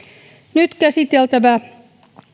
nyt käsiteltävä